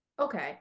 okay